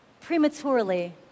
prematurely